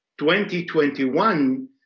2021